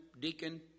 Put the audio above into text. deacon